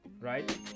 Right